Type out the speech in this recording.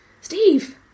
Steve